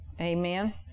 Amen